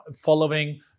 following